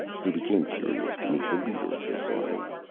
he became curious to meet the leader of this army.